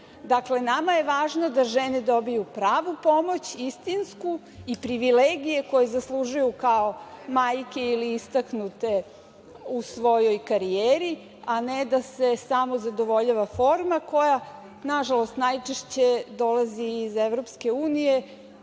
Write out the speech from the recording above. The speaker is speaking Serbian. Dakle, nama je važno da žene dobiju pravu pomoć, istinsku i privilegije koje zaslužuju kao majke ili istaknute u svojoj karijeri, a ne da se samo zadovoljava forma koja, nažalost, najčešće dolazi iz EU i